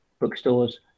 bookstores